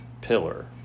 pillar